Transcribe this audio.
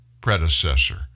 predecessor